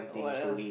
what else